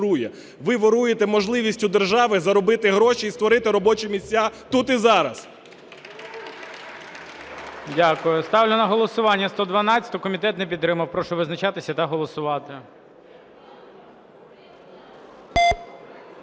Ви воруєте можливість у держави заробити гроші і створити робочі місця тут і зараз.